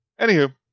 Anywho